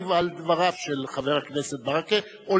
ולהגיב על דבריו של חבר הכנסת ברכה או